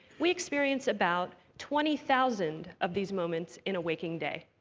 we experience about twenty thousand of these moments in a waking day.